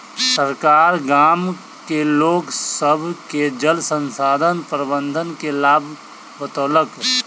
सरकार गाम के लोक सभ के जल संसाधन प्रबंधन के लाभ बतौलक